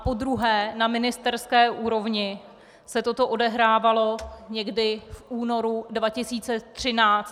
Podruhé, na ministerské úrovni, se toto odehrávalo někdy v únoru 2013.